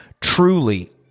truly